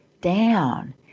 down